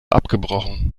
abgebrochen